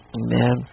amen